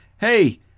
Hey